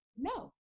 No